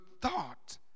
thought